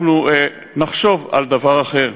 אנחנו נחשוב על דבר אחר,